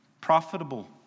profitable